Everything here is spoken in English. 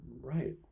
Right